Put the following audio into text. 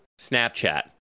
Snapchat